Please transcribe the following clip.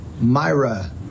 Myra